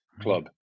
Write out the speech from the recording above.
club